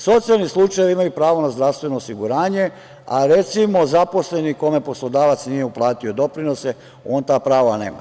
Socijalni slučajevi imaju pravo na zdravstveno osiguranje, a recimo, zaposleni kome poslodavac nije uplatio doprinose on ta prava nema.